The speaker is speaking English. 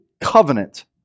covenant